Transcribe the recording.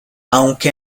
aunque